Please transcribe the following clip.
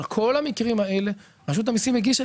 אבל על כל המקרים האלה רשות המיסים הגישה